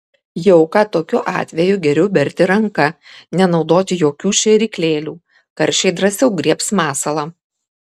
jauką tokiu atveju geriau berti ranka nenaudoti jokių šėryklėlių karšiai drąsiau griebs masalą